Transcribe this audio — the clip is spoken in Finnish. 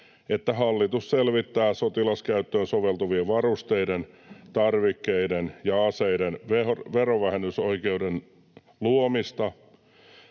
että ”hallitus selvittää sotilaskäyttöön soveltuvien varusteiden, tarvikkeiden ja aseiden verovähennysoikeuden luomista